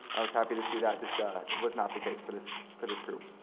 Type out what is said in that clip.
i was happy to see that this ah was not the case for this for this group.